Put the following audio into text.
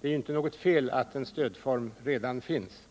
Det är ju inte något fel att en stödform redan finns.